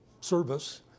service